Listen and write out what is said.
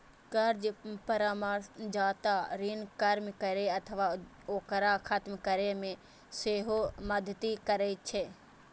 कर्ज परामर्शदाता ऋण कम करै अथवा ओकरा खत्म करै मे सेहो मदति करै छै